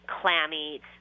clammy